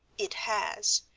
it has,